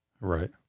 Right